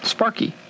Sparky